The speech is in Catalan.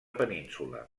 península